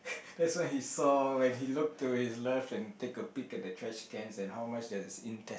that's when he saw when he look to his left and take a peak at the trash cans and how much there is in test